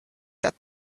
that